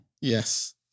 Yes